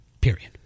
Period